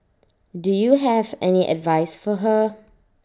do you have any advice for her